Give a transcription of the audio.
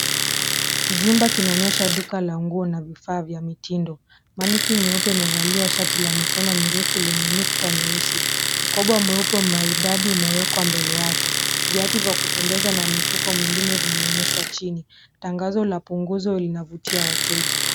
Kijumba kinaonyesha duka la nguo na vifaa vya mitindo. cs[Mannequin]cs nyeupe imevalia shati la mikono mirefu lenye nukta nyeusi. Mkoba mweupe wa maridadi umewekwa mbele yake. Viatu vya kupendeza na mifuko mingine vimeonyeshwa chini. Tangazo la punguzo linavutia wateja.